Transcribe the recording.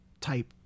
type